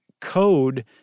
code